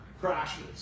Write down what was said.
crashes